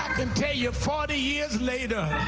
can tell you forty years later,